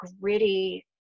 gritty